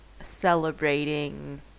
celebrating